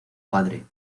padre